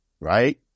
right